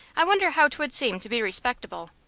i wonder how twould seem to be respectable.